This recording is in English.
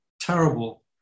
terrible